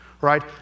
Right